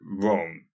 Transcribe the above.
wrong